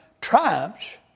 triumphs